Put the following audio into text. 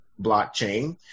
blockchain